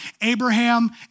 Abraham